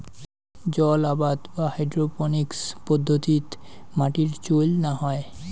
জলআবাদ বা হাইড্রোপোনিক্স পদ্ধতিত মাটির চইল না হয়